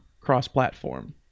cross-platform